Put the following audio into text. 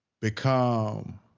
become